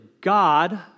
God